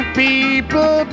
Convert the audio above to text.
people